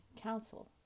Council